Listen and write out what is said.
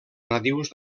nadius